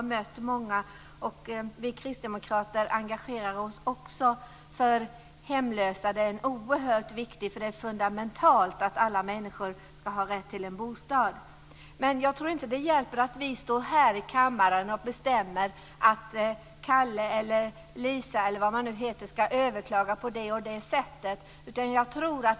Vi kristdemokrater engagerar oss också för hemlösa. Det är en oerhört viktig fråga, för det är fundamentalt att alla människor ska ha rätt till en bostad. Men jag tror inte att det hjälper att vi står här i kammaren och bestämmer att Kalle eller Lisa ska överklaga på det ena eller det andra sättet.